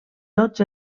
tots